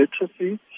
literacy